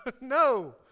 No